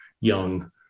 young